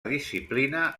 disciplina